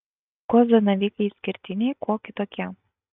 kuo zanavykai išskirtiniai kuo kitokie